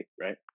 right